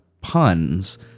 puns